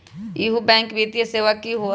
इहु बैंक वित्तीय सेवा की होई?